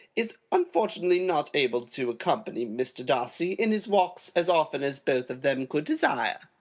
is unfortunately not able to accompany mr. darcy in his walks as often as both of them could desire.